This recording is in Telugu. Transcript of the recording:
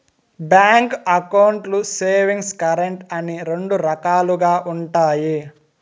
బ్యాంక్ అకౌంట్లు సేవింగ్స్, కరెంట్ అని రెండు రకాలుగా ఉంటాయి